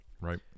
Right